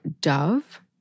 Dove